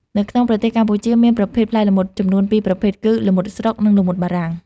នៅក្នុងប្រទេសកម្ពុជាមានប្រភេទផ្លែល្មុតចំនួន ពីរប្រភេទ គឺ ល្មុតស្រុក និង ល្មុតបារាំង។